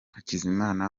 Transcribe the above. hakizimana